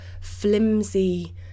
flimsy